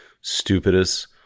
stupidest